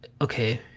okay